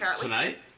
Tonight